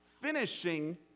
finishing